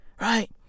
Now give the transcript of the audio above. Right